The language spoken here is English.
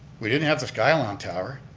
we didn't have the skylon tower.